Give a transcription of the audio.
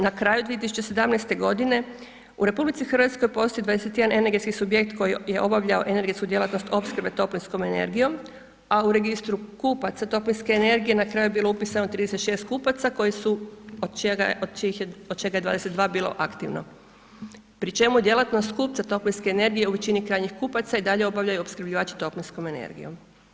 Na kraju 2017.g. u RH postoji 21 energetski subjekt koji je obavljao energetsku djelatnost opskrbe toplinskom energijom, a u registru kupaca toplinske energije na kraju je bilo upisano 36 kupaca od čega je 22 bilo aktivno, pri čemu je djelatnost kupca toplinske energije u većini krajnjih kupaca i dalje obavljaju opskrbljivači toplinskom energijom.